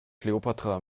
kleopatra